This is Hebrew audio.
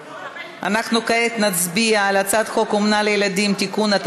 אנחנו כעת נצביע על הצעת חוק אומנה לילדים (תיקון),